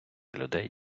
людей